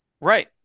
Right